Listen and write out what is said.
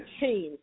change